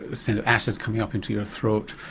sort of acid coming up into your throat.